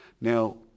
Now